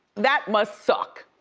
that must suck,